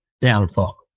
downfall